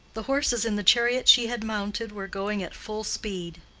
the horses in the chariot she had mounted were going at full speed.